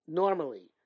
normally